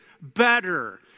better